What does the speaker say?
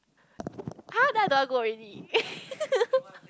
!huh! then I don't want go already